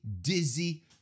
dizzy